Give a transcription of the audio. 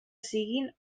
siguin